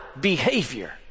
behavior